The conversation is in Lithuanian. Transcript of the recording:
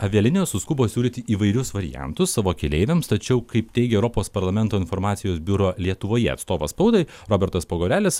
avialinijos suskubo siūlyti įvairius variantus savo keleiviams tačiau kaip teigė europos parlamento informacijos biuro lietuvoje atstovas spaudai robertas pogorelis